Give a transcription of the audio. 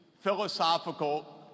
philosophical